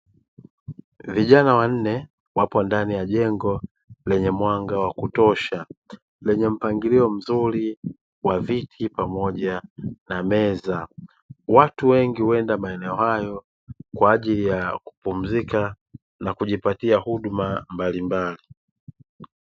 Vijana wanne wapo ndani ya jengo lenye mwanga wa kutosha lenye mpangilio mzuri wa viti pamoja na meza. Watu wengi huenda maeneo hayo kwa ajili ya kupumzika na kujipatia huduma mbalimbali.